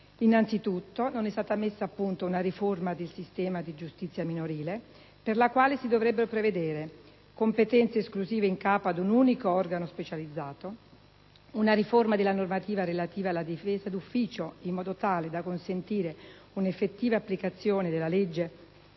Innanzitutto, non è stata messa a punto una riforma del sistema di giustizia minorile per la quale si dovrebbero prevedere: competenze esclusive in capo ad un unico organo specializzato; una riforma della normativa relativa alla difesa d'ufficio, in modo tale da consentire un'effettiva applicazione della legge